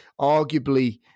arguably